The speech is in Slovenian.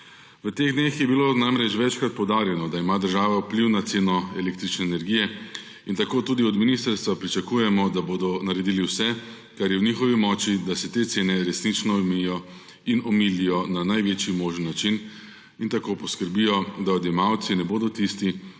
V teh dneh je bilo namreč večkrat poudarjeno, da ima država vpliv na ceno električne energije, in tako tudi od ministrstva pričakujemo, da bodo naredili vse, kar je v njihovi moči, da se te cene resnično omejijo in omilijo na največji možen način in tako poskrbijo, da odjemalci ne bodo tisti,